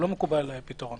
לא מקובל עליי הפתרון.